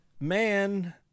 man